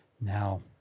now